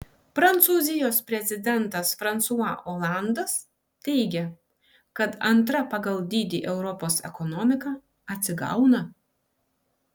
prancūzijos prezidentas fransua olandas teigia kad antra pagal dydį europos ekonomika atsigauna